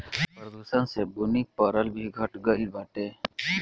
प्रदूषण से बुनी परल भी घट गइल बाटे